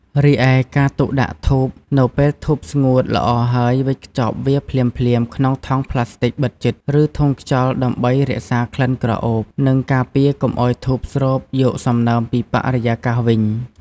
រីឯការទុកដាក់ធូបនៅពេលធូបស្ងួតល្អហើយវេចខ្ចប់វាភ្លាមៗក្នុងថង់ប្លាស្ទិកបិទជិត ឬធុងខ្យល់ដើម្បីរក្សាក្លិនក្រអូប និងការពារកុំឱ្យធូបស្រូបយកសំណើមពីបរិយាកាសវិញ។